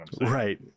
Right